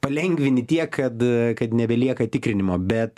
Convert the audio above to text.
palengvini tiek kad kad nebelieka tikrinimo bet